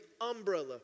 umbrella